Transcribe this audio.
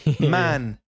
man